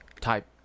type